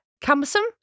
cumbersome